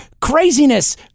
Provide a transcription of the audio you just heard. craziness